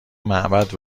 معبد